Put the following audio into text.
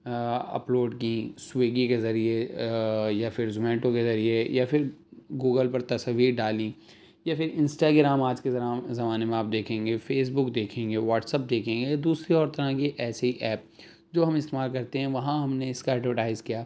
upload کیں سویگی کے ذریعے یا پھر زومیٹو کے ذریعے یا پھر گوگل پر تصویر ڈالی یا پھر انسٹاگرام آج کے زمانے میں آپ دیکھیں گے فیس بک دیکھیں گے واٹسپ دیکھیں گے دوسری اور طرح کی ایسی ایپ جو ہم استعمال کرتے ہیں وہاں ہم نے اس کا ایڈورٹائز کیا